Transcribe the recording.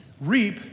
Reap